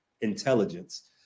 intelligence